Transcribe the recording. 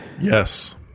yes